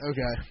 Okay